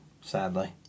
sadly